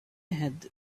had